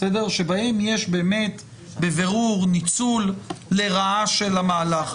בהן יש באמת בבירור ניצול לרעה של המהלך,